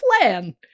plan